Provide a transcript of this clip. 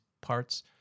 parts